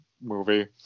movie